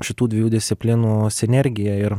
šitų dviejų disciplinų sinergija ir